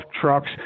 trucks